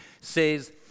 says